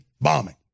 bombing